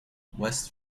west